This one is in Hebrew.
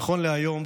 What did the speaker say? נכון להיום,